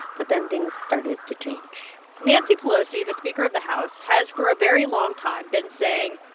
but then things started to change nancy pelosi, the speaker of the house, has, for a very long time, been saying,